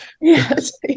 yes